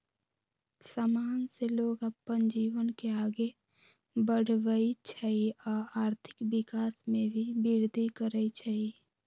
समान से लोग अप्पन जीवन के आगे बढ़वई छई आ आर्थिक विकास में भी विर्धि करई छई